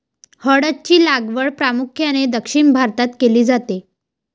हळद ची लागवड प्रामुख्याने दक्षिण भारतात केली जाते